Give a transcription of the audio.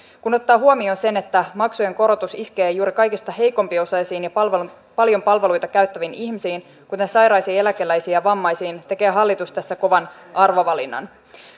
kun ottaa huomioon sen että maksujen korotus iskee juuri kaikista heikko osaisimpiin ja paljon palveluita käyttäviin ihmisiin kuten sairaisiin ja eläkeläisiin ja vammaisiin tekee hallitus tässä kovan arvovalinnan